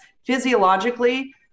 physiologically